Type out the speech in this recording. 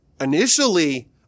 initially